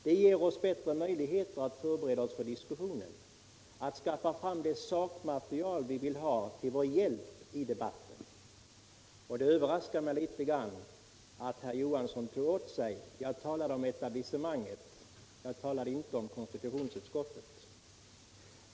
Det ger oss större möjligheter att förbereda oss för dis kussionen, att skaffa fram det sakmaterial vi vill ha till vår hjälp i debatten. Det överraskar mig litet grand att herr Johansson tog åt sig. Jag talade om etablissemanget, inte om konstitutionsutskottet.